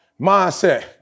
Mindset